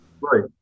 Right